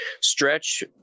stretch